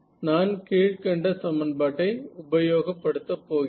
நான் கீழ்க்கண்ட சமன்பாட்டை உபயோகப்படுத்த போகிறேன்